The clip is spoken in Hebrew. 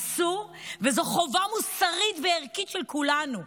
אסור, וזאת חובה מוסרית וערכית של כולנו.